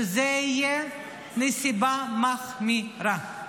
שזה יהיה נסיבה מחמירה.